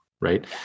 right